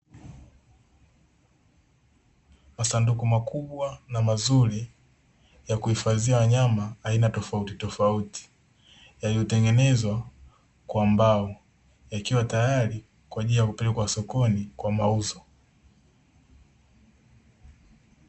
Masanduku makubwa na mazuri yakuihifadhia nyama aina tofautitofauti yaliyotengenezwa kwa mbao, yakiwa tayari kwa ajili ya kupelekwa sokoni kwa mauzo.